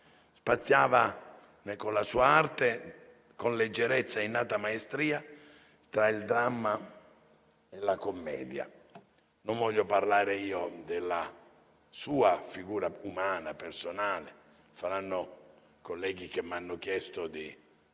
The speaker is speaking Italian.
Spaziava con la sua arte, con leggerezza e innata maestria, tra il dramma e la commedia. Non voglio parlare io della sua figura umana personale - lo faranno i colleghi che mi hanno chiesto di ricordarlo,